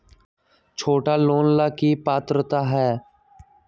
छोटा लोन ला की पात्रता है?